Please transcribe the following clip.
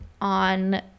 on